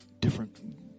different